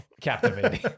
Captivating